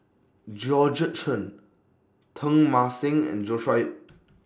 Georgette Chen Teng Mah Seng and Joshua Ip